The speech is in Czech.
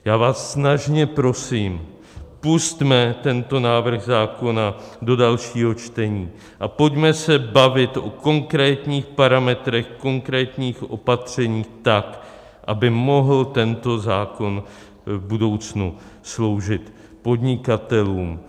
Snažně vás prosím, pusťme tento návrh zákona do dalšího čtení a pojďme se bavit o konkrétních parametrech, konkrétních opatření tak, aby mohl tento zákon v budoucnu sloužit podnikatelům.